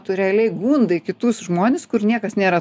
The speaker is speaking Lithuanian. tu realiai gundai kitus žmonis kur niekas nėra